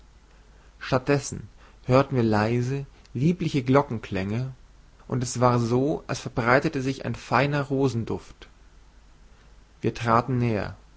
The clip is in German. hörten wir leise liebliche glockenklänge und es war so als verbreite sich ein feiner rosenduft wir traten näher